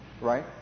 right